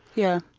yeah.